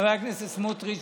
חבר הכנסת סמוטריץ',